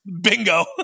bingo